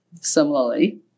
similarly